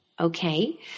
Okay